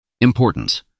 Importance